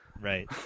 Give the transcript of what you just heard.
Right